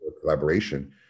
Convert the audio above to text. collaboration